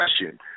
question